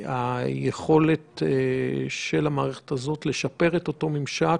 היכולת של המערכת הזאת לשפר את אותו ממשק